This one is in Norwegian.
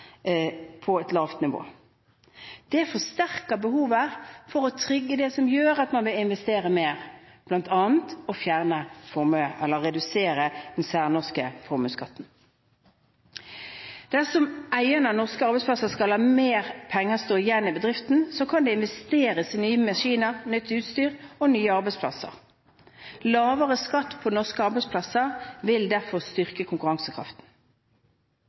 på fastlandet på et lavt nivå. Det forsterker behovet for å trigge det som gjør at man vil investere mer, bl.a. å redusere den særnorske formuesskatten. Dersom eierne av norske arbeidsplasser kan la mer penger stå igjen i bedriften, kan det investeres i nye maskiner, nytt utstyr og nye arbeidsplasser. Lavere skatt på norske arbeidsplasser vil derfor styrke konkurransekraften.